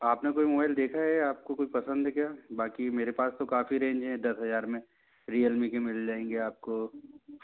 आपने कोई मोबाइल देखा है आपको कोई पसंद है क्या बाकी मेरे पास तो काफी रेंज है दस हजार में रियलमी के मिल जाएंगे